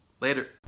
Later